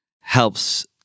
helps